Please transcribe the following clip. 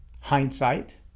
Hindsight